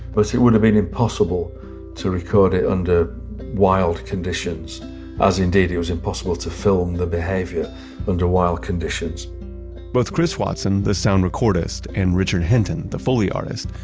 it would've been impossible to record it under wild conditions as indeed it was impossible to film the behavior under wild conditions both chris watson, the sound recordist, and richard hinton, the foley artist,